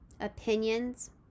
opinions